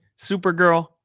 Supergirl